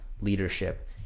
leadership